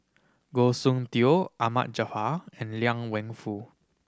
Goh Soon Tioe Ahmad Jaafar and Liang Wenfu